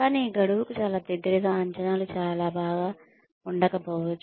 కానీ గడువుకు చాలా దగ్గరగా అంచనాలు చాలా బాగా ఉండకపోవచ్చు